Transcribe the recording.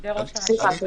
סליחה.